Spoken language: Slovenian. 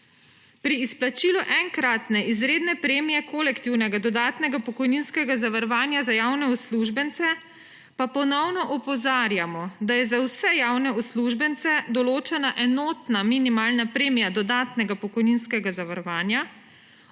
Pri izplačilu enkratne izredne premije kolektivnega dodatnega pokojninskega zavarovanja za javne uslužbence pa ponovno opozarjamo, da je za vse javne uslužbence določena enotna minimalna premija dodatnega pokojninskega zavarovanja,